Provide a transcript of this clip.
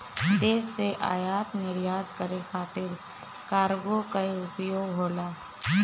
देश से आयात निर्यात करे खातिर कार्गो कअ उपयोग होला